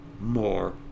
more